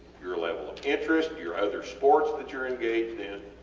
your level of interest, your other sports that youre engaged in,